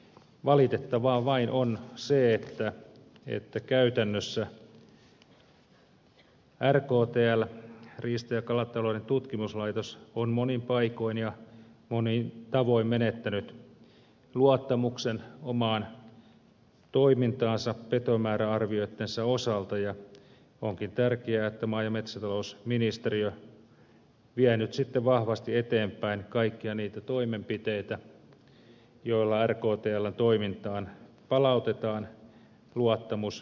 valitettavaa vain on se että käytännössä rktl riista ja kalatalouden tutkimuslaitos on monin paikoin ja monin tavoin menettänyt luottamuksen omaan toimintaansa petomääräarvioittensa osalta ja onkin tärkeää että maa ja metsätalousministeriö vie nyt sitten vahvasti eteenpäin kaikkia niitä toimenpiteitä joilla rktln toimintaan palautetaan luottamus